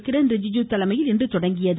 கிரண் ரிஜிஜு தலைமையில் இன்று தொடங்கியது